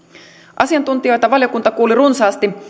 asiantuntijoita valiokunta kuuli runsaasti